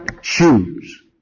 shoes